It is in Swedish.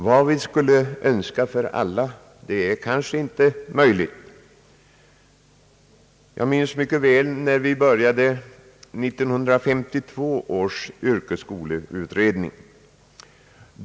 Vad vi skulle önska för alla är kanske inte möjligt. Jag minns mycket väl när vi började 1952 års yrkesskoleutredning.